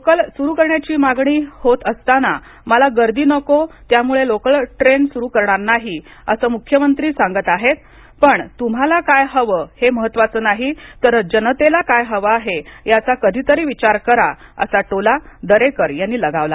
local सुरु करण्याची मागणी होत असताना मला गर्दी नको त्यामुळे लोकल ट्रेन सुरु करणार नाही असं मुख्यमंत्री सांगत आहेत पण तुम्हाला काय हवे हे महत्त्वाचं नाही तर जनतेला काय हवं आहे याचा कधीतरी विचार करा असा टोला दरेकर यांनी लगावला